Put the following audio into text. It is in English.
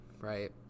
right